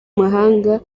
mahanga